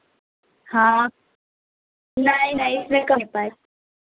हाँ नहीं नहीं इसमें का नहीं हो पाएगा